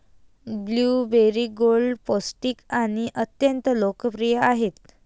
blueberry गोड, पौष्टिक आणि अत्यंत लोकप्रिय आहेत